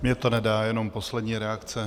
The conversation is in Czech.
Mně to nedá, jenom poslední reakce.